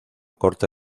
corte